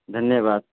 دھنیہ واد